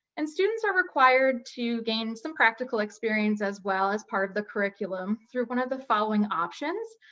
and students are required to gain some practical experience as well, as part of the curriculum, through one of the following options.